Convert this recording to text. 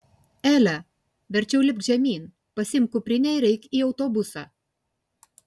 ele verčiau lipk žemyn pasiimk kuprinę ir eik į autobusą